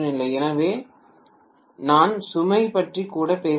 எனவே நான் சுமை பற்றி கூட பேசவில்லை